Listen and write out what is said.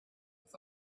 with